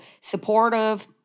supportive